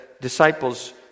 disciples